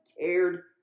cared